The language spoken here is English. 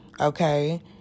okay